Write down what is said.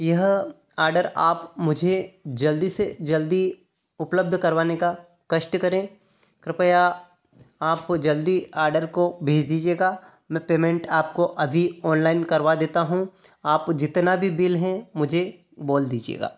यह आर्डर आप मुझे जल्दी से जल्दी उपलब्ध करवाने का कष्ट करें कृपया आप जल्दी आर्डर को भेज दीजिएगा मैं पेमेंट आपको अभी ऑनलाइन करवा देता हूँ आप जितना भी बिल हैं मुझे बोल दीजिएगा